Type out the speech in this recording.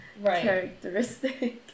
characteristic